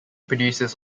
produces